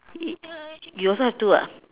it uh you also have to ah